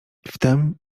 wtem